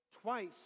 twice